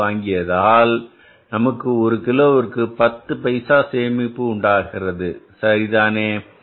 4 வாங்கியதால் நமக்கு ஒரு கிலோவிற்கு 10 பைசா சேமிப்பு உண்டாகிறது சரிதானே